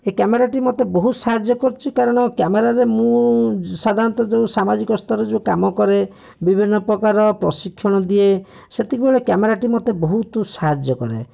ଏହି କ୍ୟାମେରାଟି ମୋତେ ବହୁତ ସାହାଯ୍ୟ କରୁଛି କାରଣ କ୍ୟାମେରାରେ ମୁଁ ସାଧାରଣତଃ ଯେଉଁ ସାମାଜିକ ସ୍ତରରେ ଯେଉଁ କାମ କରେ ବିଭିନ୍ନପ୍ରକାର ପ୍ରଶିକ୍ଷଣ ଦିଏ ସେତିକିବେଳେ କ୍ୟାମେରାଟି ମୋତେ ବହୁତ ସାହାଯ୍ୟ କରେ